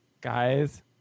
guys